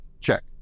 check